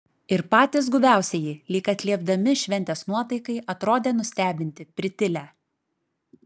ir patys guviausieji lyg atliepdami šventės nuotaikai atrodė nustebinti pritilę